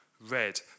red